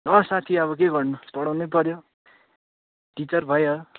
ल साथी अब के गर्नु पढाउनै पर्यो टिचार भयो